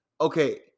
Okay